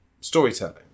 storytelling